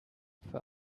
for